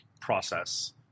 process